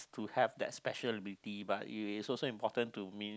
to have that special ability but it is also important to